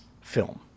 film